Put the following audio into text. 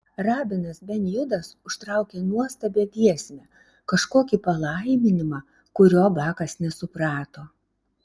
rabinas ben judas užtraukė nuostabią giesmę kažkokį palaiminimą kurio bakas nesuprato